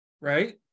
right